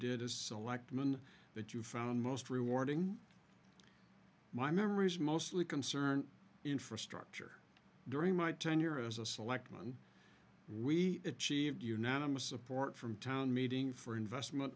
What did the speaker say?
did as selectman that you found most rewarding my memories mostly concerned infrastructure during my tenure as a selectman we achieved unanimous support from town meeting for investment